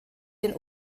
den